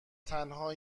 تنها